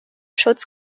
schutz